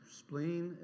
spleen